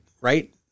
right